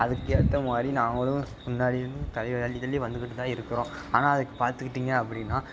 அதுக்கு ஏற்ற மாதிரி நாங்களும் முன்னாடி இருந்து த தள்ளி தள்ளி வந்துக்கிட்டுதான் இருக்கிறோம் ஆனால் அதுக்கு பார்த்துக்கிட்டிங்க அப்படின்னா